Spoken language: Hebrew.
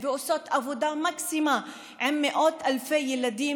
ועושות עבודה מקסימה עם מאות אלפי ילדים,